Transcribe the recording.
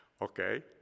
Okay